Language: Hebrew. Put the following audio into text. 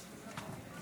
בבקשה.